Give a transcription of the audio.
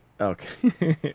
Okay